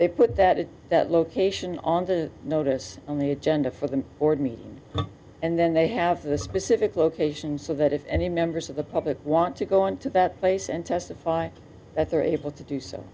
they put that in that location on the notice on the agenda for the ordinary and then they have the specific location so that if any members of the public want to go into that place and testify that they are able to do so